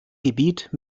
gebiet